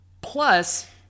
Plus